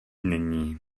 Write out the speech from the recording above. není